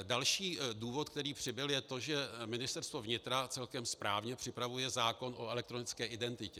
Další důvod, který přibyl, je to, že Ministerstvo vnitra celkem správně připravuje zákon o elektronické identitě.